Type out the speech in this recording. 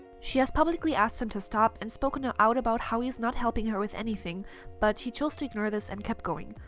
she has publicly asked him to stop and spoken out about how he is not helping her with anything but he chose to ignore this and kept going.